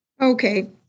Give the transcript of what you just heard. Okay